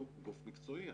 אנחנו גוף מקצועי.